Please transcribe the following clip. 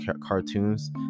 cartoons